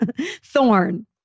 thorn